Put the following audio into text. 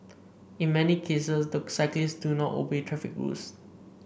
in many cases the cyclists do not obey traffic rules